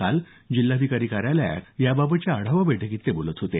काल जिल्हाधिकारी कार्यालयात याबाबतच्या आढावा बैठकीत ते बोलत होते